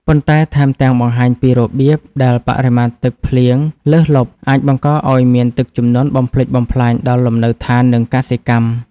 ប៉ុន្តែថែមទាំងបង្ហាញពីរបៀបដែលបរិមាណទឹកភ្លៀងលើសលប់អាចបង្កឱ្យមានទឹកជំនន់បំផ្លិចបំផ្លាញដល់លំនៅដ្ឋាន និងកសិកម្ម។